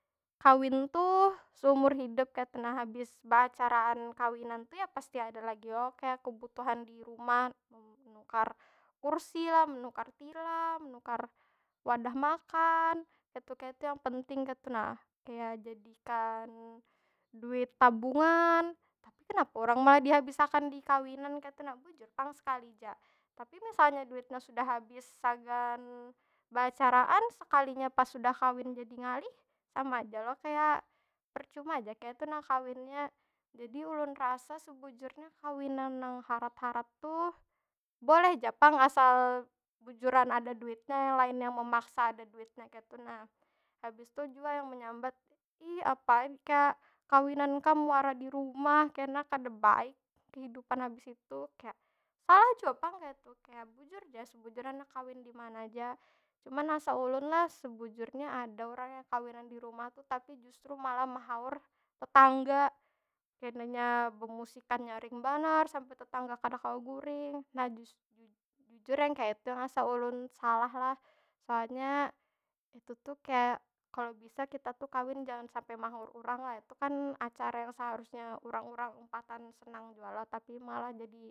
Kawin tuh seumur hidup kaytu nah, habis beacaraan kawinan tu nah pasti ada lagi lo kaya kebutuhan di rumah. Menukar kursi lah, menukar tilam, menukar wadah makan. Kaytu- kaytu yang penting kaytu nah. Kaya jadikan duit tabungan. Tapi kenapa urang malah dihabis akan di kawinan kaytu nah. Bujur pang sekali ja, tapi misalkan duitnya sudah habis sagan beacaraan, sekalinya pas sudah kawin jadi ngalih. Sama ja lo, kaya percuma ja kaytu nah kawinnya. Jadi ulun rasa sebujurnya kawinan nang harat- harat tuh, boleh ja pang asal bujuran ada duitnya. Lain nang memaksa ada duitnya kaytu nah. Habis tu jua yang menyambat, ih apa kawinan kam wara di rumah? Kena kada baik kehidupan habis itu. Kaya, salah jua pang kaytu, kaya bujur ja sebujurnya handak kawin dimana aja. Cuman asa ulun lah sebujurnya ada urang yang kawinan di rumah tu tapi justru malah mehaur tetangga. Kenanya bemusikan nyaring banar, sampai tetangga kada kawa guring. Nah jus- ju- jujur nang kaya itu nang asa ulun salah lah. Soalnya, itu tu kaya, kalau bisa kita tu kawin jangan sampai mehaur urang lah. Itu kan acara yang seharusnya urang- urang umpatan senang jua lah. Tapi malah jadi.